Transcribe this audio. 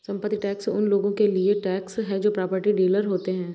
संपत्ति टैक्स उन लोगों के लिए टैक्स है जो प्रॉपर्टी डीलर होते हैं